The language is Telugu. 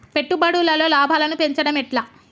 పెట్టుబడులలో లాభాలను పెంచడం ఎట్లా?